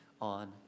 on